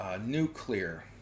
nuclear